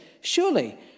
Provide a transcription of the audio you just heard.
surely